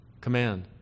command